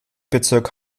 bezirk